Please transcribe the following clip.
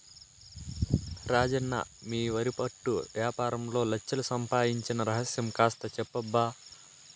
రాజన్న మీ వరి పొట్టు యాపారంలో లచ్ఛలు సంపాయించిన రహస్యం కాస్త చెప్పబ్బా